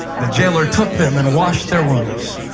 the jailer took them and washed their wounds.